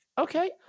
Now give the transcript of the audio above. okay